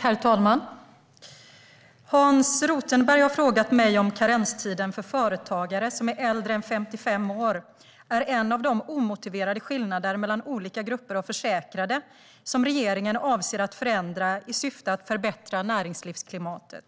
Herr talman! Hans Rothenberg har frågat mig om karenstiden för företagare som är äldre än 55 år är en av de "omotiverade skillnader mellan olika grupper av försäkrade" som regeringen avser att förändra i syfte att förbättra näringslivsklimatet.